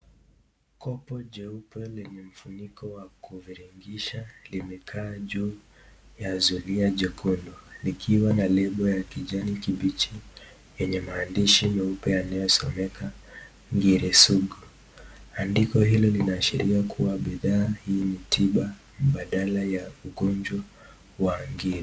Kopo jeupe lenye mfuniko wa kuviringisha limekaa juu ya zulia jekundu likiwa na lebo ya kijani kibichi yenye maandishi meupe yanayosomeka Ngiri Sugu. Andiko hilo linaashiria kuwa bidhaa hii ni tiba mbadala ya ugonjwa wa ngiri